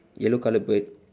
yellow colour bird